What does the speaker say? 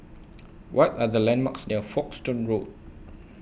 What Are The landmarks near Folkestone Road